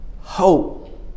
hope